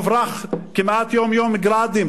מוברחים כמעט כל יום "גראדים",